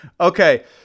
Okay